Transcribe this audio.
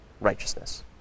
righteousness